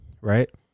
right